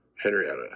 Henrietta